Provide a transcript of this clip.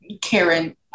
Karen